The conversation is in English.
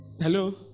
Hello